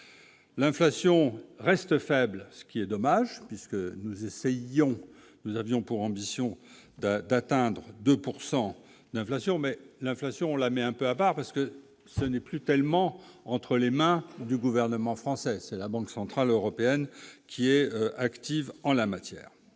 l'inflation reste faible, ce qui est dommage puisque nous essayons nous avions pour ambition d'atteindre 2 pourcent d'inflation mais l'inflation la mais un peu à part, parce que ce n'est plus tellement entre les mains du gouvernement français c'est la Banque centrale européenne qui est active en la matière.